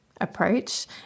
approach